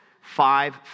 five